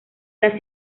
las